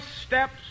steps